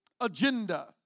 agenda